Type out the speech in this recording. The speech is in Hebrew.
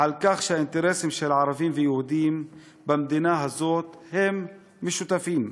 על כך שהאינטרסים של ערבים ויהודים במדינה הזאת הם משותפים.